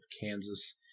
Kansas